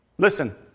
Listen